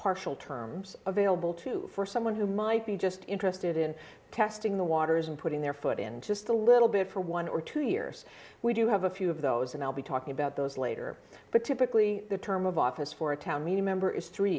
partial terms of ailill two for someone who might be just interested in testing the waters and putting their foot in just a little bit for one or two years we do have a few of those and i'll be talking about those later but typically the term of office for a town meeting member is three